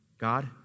God